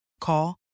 Call